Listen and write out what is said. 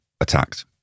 attacked